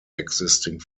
existing